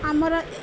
ଆମର